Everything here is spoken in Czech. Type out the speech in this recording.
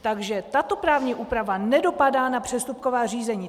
Takže tato právní úprava nedopadá na přestupková řízení.